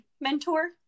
mentor